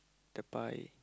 the pie